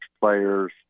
players